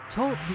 Talk